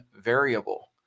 variable